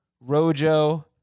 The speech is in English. Rojo